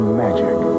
magic